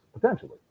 potentially